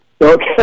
Okay